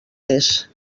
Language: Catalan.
més